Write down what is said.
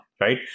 right